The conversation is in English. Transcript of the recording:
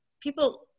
people